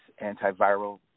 antiviral